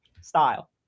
style